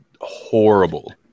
horrible